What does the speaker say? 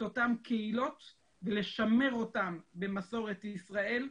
אותן קהילות ולשמר אותן במסורת ישראל,